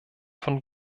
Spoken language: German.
von